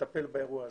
לטפל באירוע הזה.